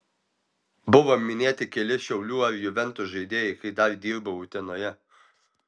buvo minėti keli šiaulių ar juventus žaidėjai kai dar dirbau utenoje